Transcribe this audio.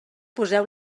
poseu